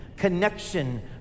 Connection